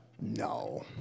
No